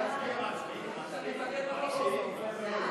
להעביר את הצעת חוק לתיקון פקודת המשטרה (מס' 31),